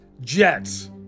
jets